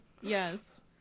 Yes